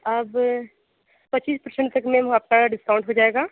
अब पच्चीस परसेंट तक मैम आपका डिस्काउंट हो जाएगा